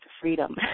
freedom